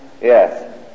Yes